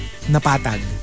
Napatag